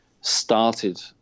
started